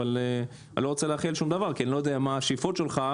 ואני לא יודע מה השאיפות שלך.